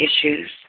issues